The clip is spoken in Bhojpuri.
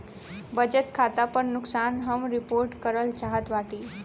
बचत खाता पर नुकसान हम रिपोर्ट करल चाहत बाटी